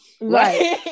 Right